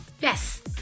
yes